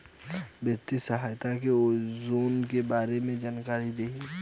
वित्तीय सहायता और योजना के बारे में जानकारी देही?